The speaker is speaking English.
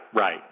Right